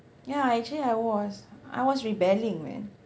ya actually I was I was rebelling man